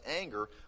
anger